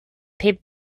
paved